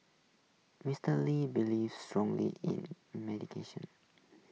Mister lee believed strongly in medication